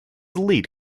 lead